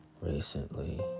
recently